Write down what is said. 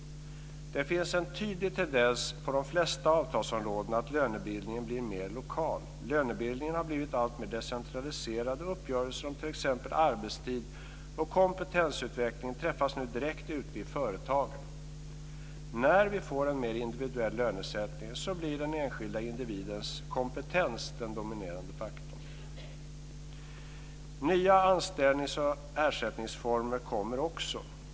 Det finns en tydlig tendens på de flesta avtalsområden att lönebildningen blir mer lokal. Den har blivit alltmer decentraliserad, och uppgörelser om t.ex. arbetstid och kompetensutveckling träffas nu direkt ute i företagen. När vi får en mer individuell lönesättning blir den enskilda individens kompetens den dominerande faktorn. Nya anställnings och ersättningsformer kommer också.